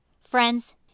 Friends